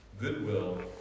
goodwill